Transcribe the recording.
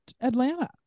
Atlanta